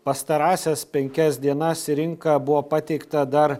pastarąsias penkias dienas į rinką buvo pateikta dar